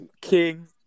King